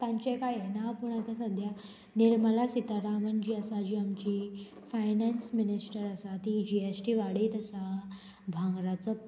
तांचें कांय हें ना पूण आतां सद्या निर्मला सितारामन जी आसा जी आमची फायनान्स मिनिस्टर आसा ती जी एस टी वाडयत आसा भांगराचो